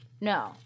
No